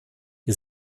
wir